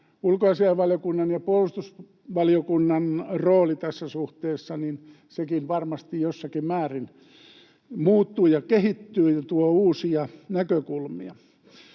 ja puolustusvaliokunnan rooli tässä suhteessa, varmasti jossakin määrin muuttuu ja kehittyy ja tuo uusia näkökulmia.